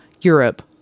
Europe